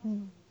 嗯